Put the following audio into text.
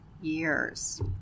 years